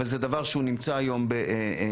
אבל זה דבר שנמצא היום בבנייה.